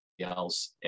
else